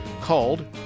called